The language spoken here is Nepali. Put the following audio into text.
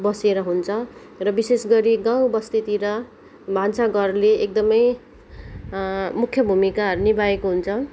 बसेर हुन्छ र विशेषगरि गाउँ बस्तीतिर भान्सा घरले एकदमै मुख्य भूमिका निभाएको हुन्छ